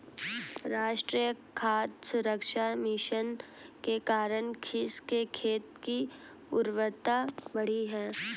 राष्ट्रीय खाद्य सुरक्षा मिशन के कारण रवीश के खेत की उर्वरता बढ़ी है